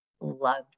loved